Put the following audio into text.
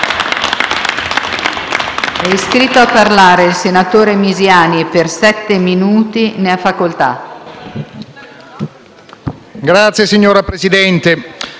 grazie.